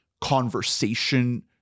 conversation